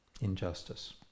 injustice